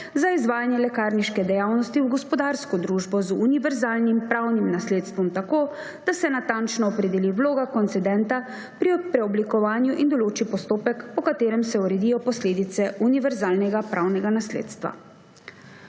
za izvajanje lekarniške dejavnosti v gospodarsko družbo z univerzalnim pravnim nasledstvom tako, da se natančno opredeli vloga koncedenta pri preoblikovanju in določi postopek, po katerem se uredijo posledice univerzalnega pravnega nasledstva.